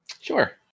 Sure